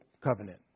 covenant